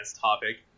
topic